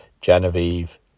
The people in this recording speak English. Genevieve